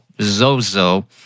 Zozo